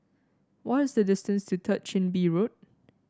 what is the distance to Third Chin Bee Road